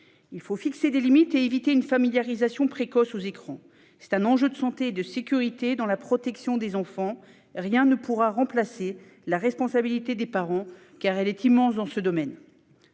Il faut fixer des limites et éviter une familiarisation précoce aux écrans. C'est un enjeu de santé et de sécurité dans la protection des enfants. Rien ne pourra remplacer la responsabilité des parents, qui est immense dans ce domaine